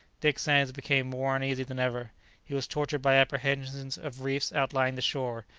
dick sands became more uneasy than ever he was tortured by apprehensions of reefs outlying the shore,